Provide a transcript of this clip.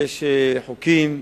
יש חוקים,